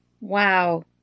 Wow